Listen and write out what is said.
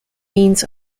means